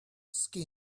skin